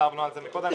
ישבנו על זה קודם.